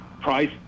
price